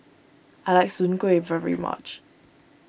I like Soon Kway very much